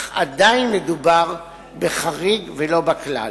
אך עדיין מדובר בחריג ולא בכלל.